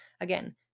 Again